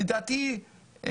לדעתי,